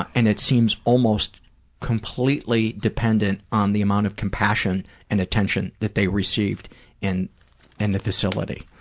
and it seems almost completely dependent on the amount of compassion and attention that they received in and the facility.